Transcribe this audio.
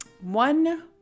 one